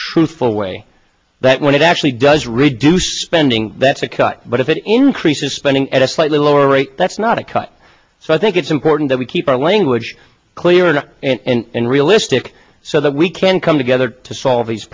truthful way that when it actually does reduce spending that's a cut but if it increases spending at a slightly lower rate that's not a cut so i think it's important that we keep our language clear enough and realistic so that we can come together to solve these